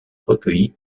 recueillies